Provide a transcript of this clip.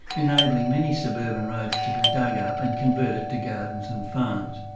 enabling many suburban roads to be dug up and converted to gardens and farms.